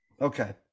Okay